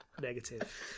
negative